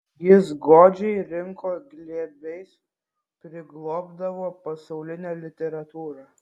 jis godžiai rinko glėbiais priglobdavo pasaulinę literatūrą